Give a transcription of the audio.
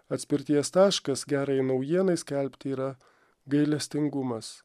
atspirties taškas gerajai naujienai skelbti yra gailestingumas